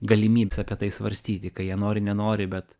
galimybės apie tai svarstyti kai jie nori nenori bet